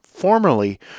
Formerly